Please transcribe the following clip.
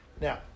Now